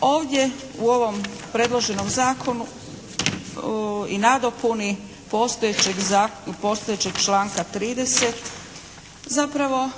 Ovdje u ovom predloženom zakonu i nadopuni postojećeg članka 30. zapravo